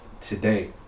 Today